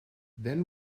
then